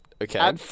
Okay